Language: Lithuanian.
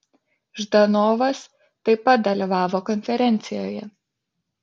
ždanovas taip pat dalyvavo konferencijoje